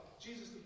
Jesus